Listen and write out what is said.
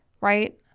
Right